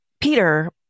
Peter